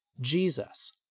Jesus